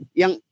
yang